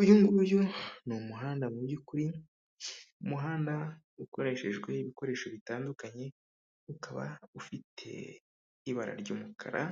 Uyu nguyu ni umuhanda mu byo ukuri, umuhanda ukoreshejwe ibikoresho bitandukanye, ukaba ufite ibara ry'umukara,